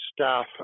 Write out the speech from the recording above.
staff